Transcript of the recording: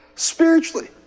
spiritually